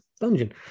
dungeon